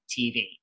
TV